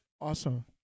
Awesome